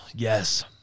Yes